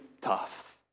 tough